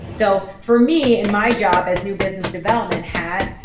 so for me and my job as new business development hat,